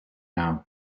now